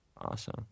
Awesome